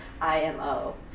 IMO